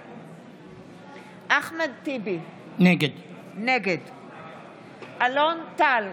בעד אחמד טיבי, נגד אלון טל,